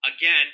again